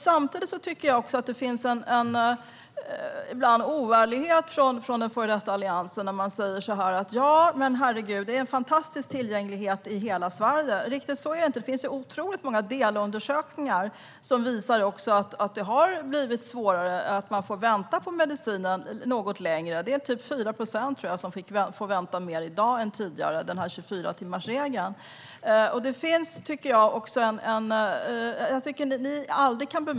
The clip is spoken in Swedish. Samtidigt tycker jag att det ibland finns en oärlighet från den före detta Alliansen när man säger att det är en fantastisk tillgänglighet i hela Sverige. Riktigt så är det inte. Det finns otroligt många delundersökningar som visar att man får vänta på mediciner något längre. Det är typ 4 procent som får vänta längre i dag med 24-timmarsregeln än tidigare.